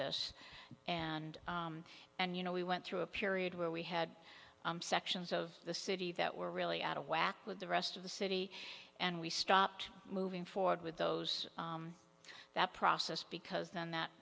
this and and you know we went through a period where we had sections of the city that were really out of whack with the rest of the city and we stopped moving forward with those that process because then that